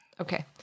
Okay